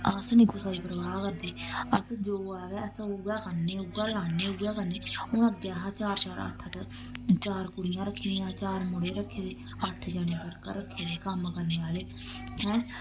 अस निं कुसै दी परबाह् करदे अस जो आवै अस उ'ऐ खन्नें उ'ऐ लान्ने उ'ऐ करने हून अग्गें अस चार चार अट्ठ अट्ठ चार कुड़ियां रक्खी दियां चार मुड़े रक्खे दे अट्ठ जनें वर्कर रक्खे दे कम्म करने आह्ले ऐ